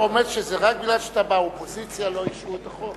האם אתה רומז שרק מפני שאתה באופוזיציה לא אישרו את החוק?